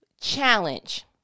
challenge